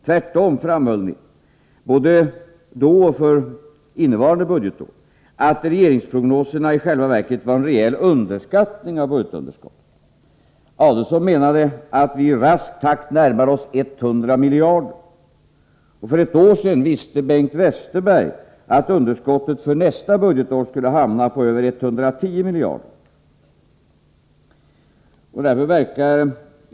Tvärtom framhöll ni både då och för innevarande budgetår att regeringsprognosen i själva verket var en rejäl underskattning av budgetunderskottet. Adelsohn menade att vi i rask takt närmade oss 100 miljarder, och för ett år sedan visste Bengt Westerberg att underskottet för nästa budgetår skulle hamna på över 110 miljarder kronor.